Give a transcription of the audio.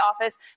office